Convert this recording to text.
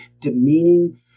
demeaning